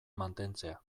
mantentzea